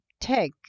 take